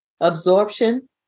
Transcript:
absorption